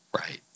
Right